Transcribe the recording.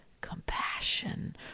compassion